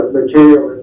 material